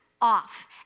off